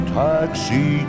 taxi